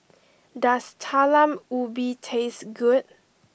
does Talam Ubi taste good